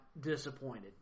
disappointed